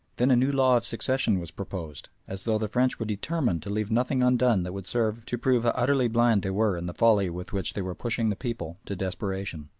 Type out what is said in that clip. then a new law of succession was proposed, as though the french were determined to leave nothing undone that would serve to prove how utterly blind they were in the folly with which they were pushing the people to desperation.